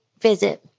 visit